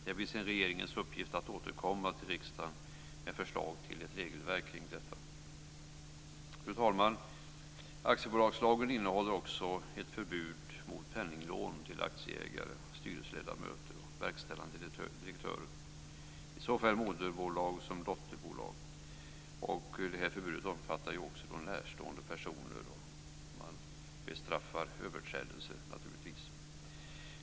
Det blir sedan regeringens uppgift att återkomma till riksdagen med ett förslag till regelverk kring detta. Fru talman! Aktiebolagslagen innehåller också ett förbud mot penninglån till aktieägare, styrelseledamöter och verkställande direktörer i såväl moderbolag som dotterbolag. Förbudet omfattar även närstående personer. Man bestraffar naturligtvis överträdelser.